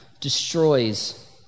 destroys